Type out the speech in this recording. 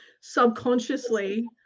Subconsciously